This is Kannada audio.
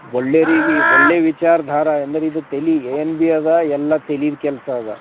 ಒಳ್ಳೆರಿಗಿ ಒಳ್ಳೆ ವಿಚಾರಧಾರೆ ಎಂದರಿದು ತಲೆ ಏನು ಭೀ ಅದ ಎಲ್ಲ ತಲೆದು ಕೆಲಸ ಇದೆ